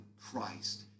Christ